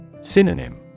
Synonym